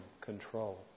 control